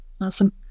Awesome